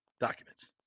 documents